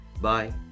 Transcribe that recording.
Bye